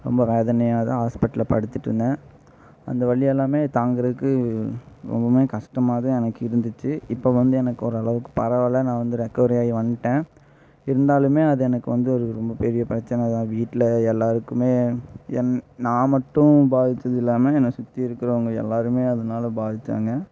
ரொம்ப வேதனையாக தான் ஆஸ்பிட்டல்ல படுத்துகிட்ருந்தேன் அந்த வலி எல்லாமே தாங்குறதுக்கு ரொம்பவுமே கஷ்டமாக தான் எனக்கு இருந்துச்சு இப்போ வந்து எனக்கு ஓரளவுக்கு பரவாயில்லை நான் வந்து ரெக்கவரி ஆகி வந்துட்டேன் இருந்தாலுமே அது எனக்கு வந்து ஒரு ரொம்ப பெரிய பிரச்சனை தான் வீட்டில எல்லாருக்குமே என் நான் மட்டும் பாதித்தது இல்லாமல் என்ன சுற்றி இருக்கிறவங்க எல்லாருமே அதனால பாதித்தாங்க